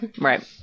Right